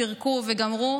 פירקו וגמרו,